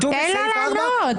תן לו לענות.